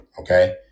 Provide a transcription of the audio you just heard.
okay